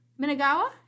Minagawa